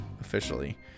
officially